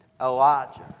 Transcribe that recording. Elijah